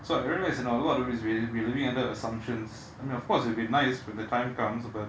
so I realise that a lot of is really really we are living under assumptions I mean of course it will be nice when the time comes but